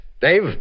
Dave